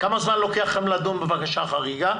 כמה זמן לוקח לכם לדון בבקשה חריגה?